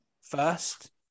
first